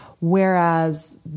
whereas